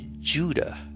Judah